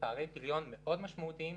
פערי פריון מאוד משמעותיים,